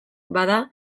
bada